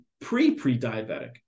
pre-pre-diabetic